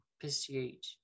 pursuit